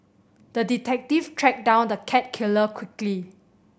the detective tracked down the cat killer quickly